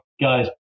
guys